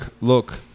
look